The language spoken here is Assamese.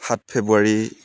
সাত ফেব্ৰুৱাৰী